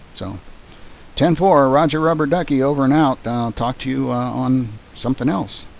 so ten four ah roger rubber ducky over and out. i'll talk to you on something else.